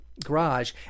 Garage